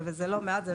וזה לא מעט.